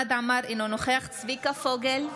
חמד עמאר, אינו נוכח צביקה פוגל,